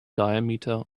diameter